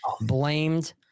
blamed